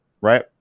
right